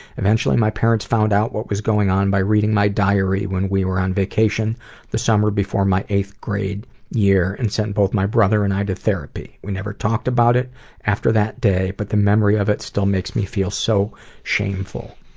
eventually, my parents found out what was going on by reading my diary when we were on vacation the summer before my eighth grade year and sent both my brother and i to therapy. we never talked about it after that day, but the memory of it still makes me feel so shameful.